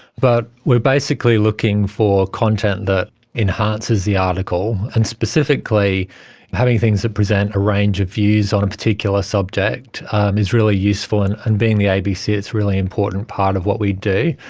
but we are basically looking for content that enhances the article, and specifically having things that present a range of views on a particular subject is really useful, and and being the abc it's a really important part of what we do,